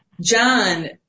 John –